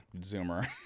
Zoomer